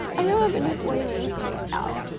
i don't have any boy names picked out